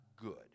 good